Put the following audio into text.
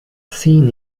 scene